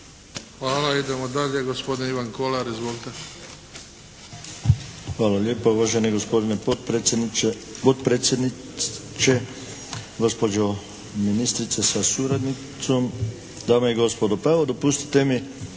Hvala idemo dalje. Gospodin Ivan Kolar. Izvolite. **Kolar, Ivan (HSS)** Hvala lijepa uvaženi gospodine potpredsjedniče. Gospođo ministrice sa suradnicom, dame i gospodo. Pa evo dopustite mi